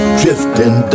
drifting